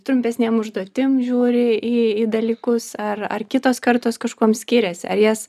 trumpesnėm užduotim žiūri į į dalykus ar ar kitos kartos kažkuom skiriasi ar jas